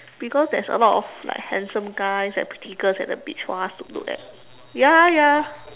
because there's a lot of like handsome guys and pretty girls at the beach for us to look at ya ya